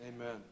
Amen